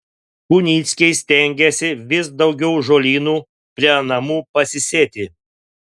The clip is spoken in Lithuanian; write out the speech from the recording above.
kunickiai stengiasi vis daugiau žolynų prie namų pasisėti